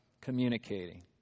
communicating